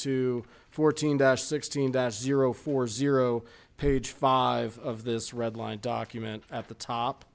to fourteen dash sixteen that zero four zero page five of this red line document at the top